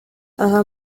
aha